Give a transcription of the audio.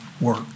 work